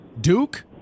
Duke